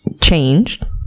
changed